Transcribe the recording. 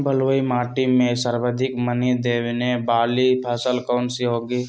बलुई मिट्टी में सर्वाधिक मनी देने वाली फसल कौन सी होंगी?